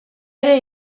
ere